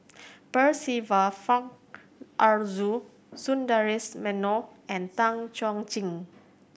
Percival Frank Aroozoo Sundaresh Menon and Tan Chuan Jin